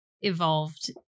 evolved